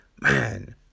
Man